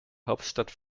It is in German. hauptstadt